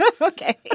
okay